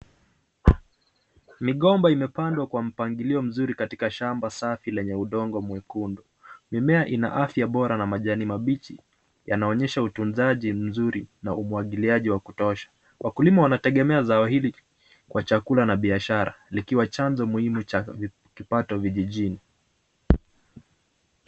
Migomba imepandwa kwa mpangilio mzuri katika shamba safi lenye udongo mwekundu, mimea ina afya bora na majani mabichi, yanaonyesha utunzaji mzuri na umwagiliaji wa kutosha, wakulima wanategemea dawa hili kwa chakula na biashara likiwa chanzo muhimu cha kipato vijijini.